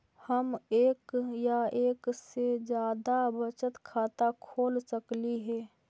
हम एक या एक से जादा बचत खाता खोल सकली हे?